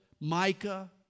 Micah